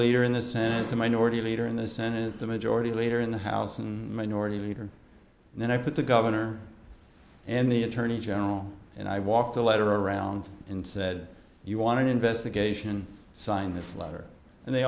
leader in the senate the minority leader in the senate the majority leader in the house and minority leader and then i put the governor and the attorney general and i walked a letter around and said you want an investigation sign this letter and they